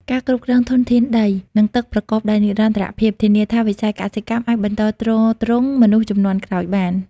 ការគ្រប់គ្រងធនធានដី និងទឹកប្រកបដោយនិរន្តរភាព ធានាថាវិស័យកសិកម្មអាចបន្តទ្រទ្រង់មនុស្សជំនាន់ក្រោយបាន។